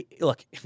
look